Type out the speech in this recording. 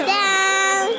down